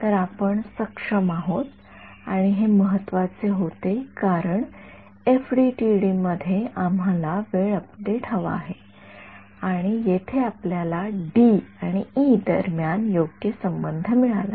तर आपण सक्षम आहोत आणि हे महत्वाचे होते कारण एफडीटीडी मध्ये आम्हाला वेळ अपडेट हवा आहे आणि येथे आपल्याला डी आणि ई दरम्यान योग्य संबंध मिळाला